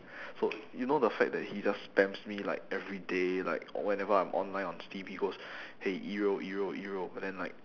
so you know the fact that he just spams me like every day like or whenever I am online or on steam he goes !hey! yiro yiro yiro but then like